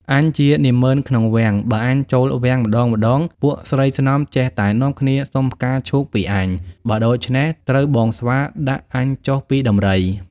អញជានាម៉ឺនក្នុងវាំង បើអញចូលវាំងម្តងៗ ពួកស្រីស្នំចេះតែនាំគ្នាសុំផ្កាឈូកពីអញ។ បើដូច្នេះ ត្រូវបងស្វាដាក់អញចុះពីដំរី"។